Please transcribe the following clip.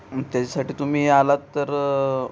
त्याच्यासाठी तुम्ही आलात तर